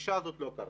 הפגישה הזאת לא קרתה.